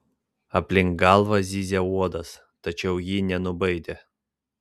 aplink galvą zyzė uodas tačiau ji nenubaidė